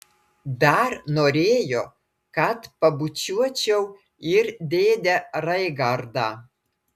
dar norėjo kad pabučiuočiau ir dėdę raigardą